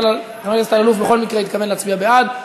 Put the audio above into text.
אבל חבר הכנסת אלאלוף בכל מקרה התכוון להצביע בעד.